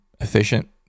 efficient